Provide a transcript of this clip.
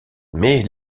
mais